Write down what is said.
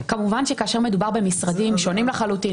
כמובן שכאשר מדובר במשרדים שונים לחלוטין,